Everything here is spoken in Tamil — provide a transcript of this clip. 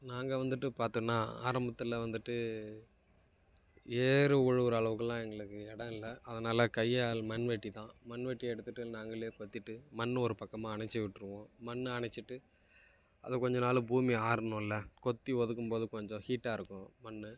நாங்கள் வந்துட்டு பார்த்தோனா ஆரம்பத்தில் வந்துட்டு ஏர் உழுகிற அளவுக்குலாம் எங்களுக்கு இடோம் இல்லை அதனால் கையால் மண் வெட்டி தான் மண் வெட்டி எடுத்துட்டு நாங்களே கொத்திட்டு மண் ஒரு பக்கமாக அணைச்சி விட்டுருவோம் மண்ணு அணைச்சிட்டு அது கொஞ்சம் நாள் பூமி ஆறணும்ல கொத்தி ஒதுக்கும் போது கொஞ்சம் ஹீட்டாக இருக்கும் மண்